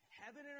Heaven